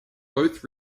both